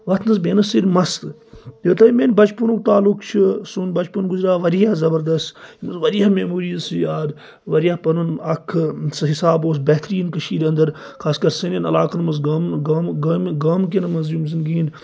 وَتھنَس بیٚہنَس سۭتۍ مَست یوٚتانۍ میانہِ بَچپَنُک تَعلُق چھُ سون بَچپَن گُزریو واریاہ زَبَردَست مَطلَب واریاہ میٚموریز چھ یاد واریاہ پَنُن اَکھ سُہ حساب اوس بہترین کٔشیر اَندَر خاص کَر سانٮ۪ن عَلاقَن منٛز گامَن منٛز گام گامہِ گامہٕ کیٚنن منٛز یِم زَن